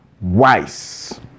wise